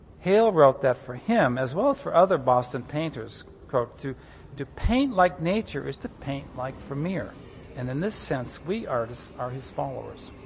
hale wrote that for him, as well as for other boston painters, to to paint like nature is to paint like vermeer and in this sense, we artists are his followers.